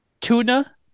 Tuna